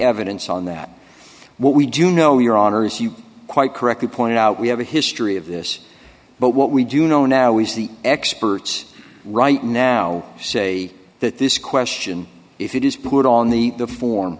evidence on that what we do know your honour's you quite correctly pointed out we have a history of this but what we do know now is the experts right now say that this question if it is put on the